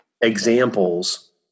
examples